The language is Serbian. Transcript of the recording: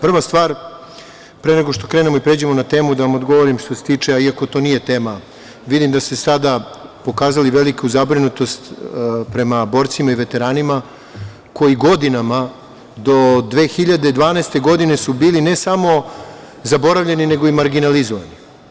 Prva stvar, pre nego što krenemo i pređemo na temu, da vam odgovorim što se tiče, iako to nije tema, vidim da ste sada pokazali veliku zabrinutost prema borcima i veteranima koji godinama do 2012. godine, su bili ne samo zaboravljeni nego i marginalizovani.